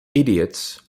idiots